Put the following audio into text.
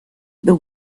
the